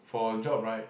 for job right